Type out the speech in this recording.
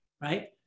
right